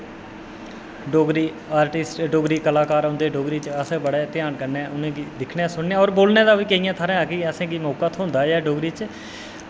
Dogri artist औंदे डोगरी कलाकार बड़े अस बड़े ध्यान कन्नै उ'नें गी दिक्खने सुनने और बोलने दा बी केइयें थ्हारैं असेंगी मौका थ्होंदा रेहा डोगरी च